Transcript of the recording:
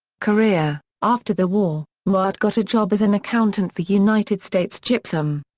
career after the war, newhart got a job as an accountant for united states gypsum.